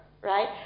right